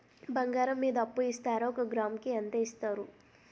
బంగారం మీద అప్పు ఇస్తారా? ఒక గ్రాము కి ఎంత ఇస్తారు?